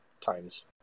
times